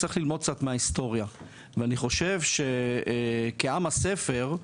צריך ללמוד קצת מההיסטוריה .ואני חושב שכעם הספר,